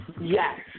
Yes